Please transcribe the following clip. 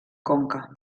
conca